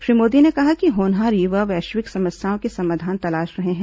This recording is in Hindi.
श्री मोदी ने कहा कि होनहार युवा वैश्विक समस्याओं के समाधान तलाश रहे हैं